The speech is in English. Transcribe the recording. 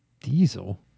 Diesel